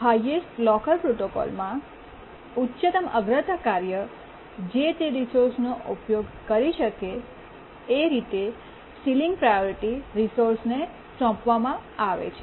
highest locker પ્રોટોકોલમાંઉચ્ચતમ અગ્રતા કાર્ય જે તે રિસોર્સનો ઉપયોગ કરી શકે એ રીતે સીલીંગ પ્રાયોરિટી રિસોર્સને સોંપવામાં આવે છે